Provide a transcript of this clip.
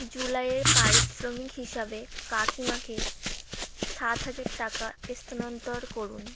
জুলাইয়ের পারিশ্রমিক হিসাবে কাকিমাকে সাত হাজার টাকা স্থানান্তর করুন